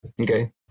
Okay